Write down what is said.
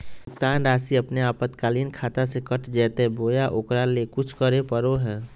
भुक्तान रासि अपने आपातकालीन खाता से कट जैतैय बोया ओकरा ले कुछ करे परो है?